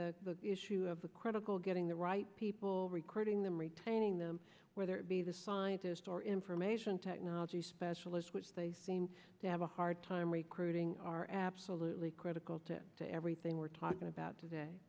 the issue of the critical getting the right people recruiting them retaining them whether it be the scientists or information technology specialists which they seem to have a hard time recruiting are absolutely critical to the everything we're talking about today